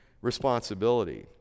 responsibility